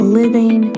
living